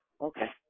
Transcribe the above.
Okay